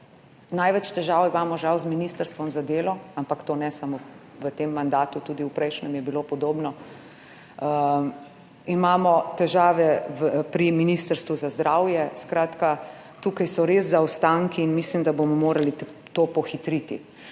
Največ težav imamo žal z ministrstvom za delo, ampak to ne samo v tem mandatu, tudi v prejšnjem je bilo podobno. Imamo težave pri Ministrstvu za zdravje. Skratka, tukaj so res zaostanki in mislim, da bomo morali to pohitriti.